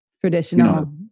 traditional